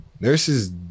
Nurses